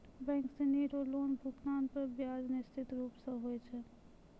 bank सिनी रो loan भुगतान पर ब्याज निश्चित रूप स होय छै